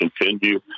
continue